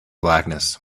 blackness